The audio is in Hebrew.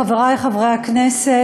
חברי חברי הכנסת,